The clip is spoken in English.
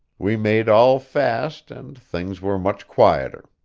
we made all fast, and things were much quieter.